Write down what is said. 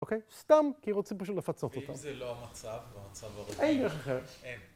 אוקיי? סתם כי רוצים פשוט לפצות אותם. ואם זה לא המצב, המצב הראשון... אין דרך אחרת.